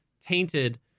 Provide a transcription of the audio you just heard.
tainted